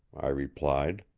i replied.